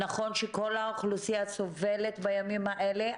נכון שכל האוכלוסייה סובלת בימים האלה,